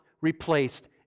replaced